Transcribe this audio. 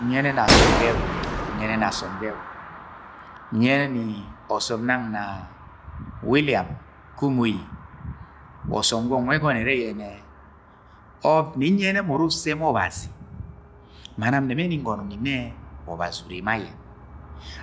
Nyẹnẹ ni asọm ga ẹgwugwu, nyẹnẹ ni asọm ga egwugwu! Nyẹnẹ ọsọm na william kumuyi wa ọsọm gwọng wẹ ẹgọnọ ẹrẹ yẹnẹ nẹ nyẹnẹ mọ uru usẹ ma Ọbazi, ma nam nẹmẹ ni ngọnọ ni nnẹ yẹnẹ obazi ure ma ayẹ